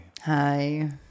Hi